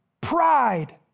pride